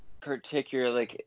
particularly